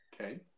okay